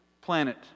planet